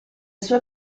sue